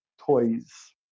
toys